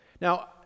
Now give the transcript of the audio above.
Now